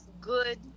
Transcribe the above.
good